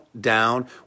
down